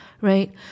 Right